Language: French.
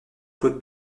claude